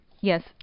Yes